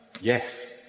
Yes